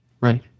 Right